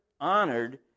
honored